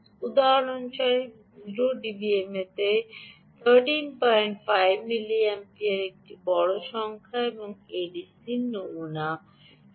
উদাহরণস্বরূপ 0 ডিবিএম তে 135 মিলিঅ্যাম্পিয়ার একটি বড় সংখ্যা এবং এডিসি নমুনা ইত্যাদি